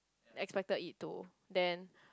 expected it to then